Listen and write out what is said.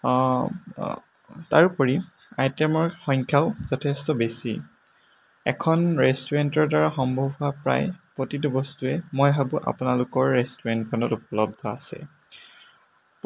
তাৰোপৰি আইটেমৰ সংখ্যাও যথেষ্ট বেছি এখন ৰেষ্টোৰেণ্টৰ দ্বাৰা সম্ভৱ হোৱা প্ৰায় প্ৰতিটো বস্তুৱে মই ভাবোঁ আপোনালোকৰ ৰেষ্টোৰেণ্টখনত উপলদ্ধ আছে